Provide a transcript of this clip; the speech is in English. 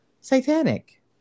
satanic